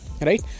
right